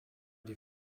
die